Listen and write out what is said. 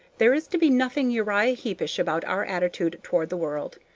there is to be nothing uriah heepish about our attitude toward the world.